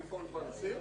אני פותח את הדיון.